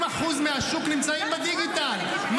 נתוני אמת, זה לא מדגם.